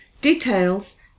Details